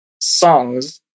songs